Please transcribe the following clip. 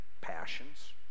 Passions